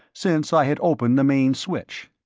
since i had opened the main switch.